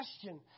question